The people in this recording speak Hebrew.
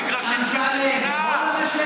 מגרשים של המדינה,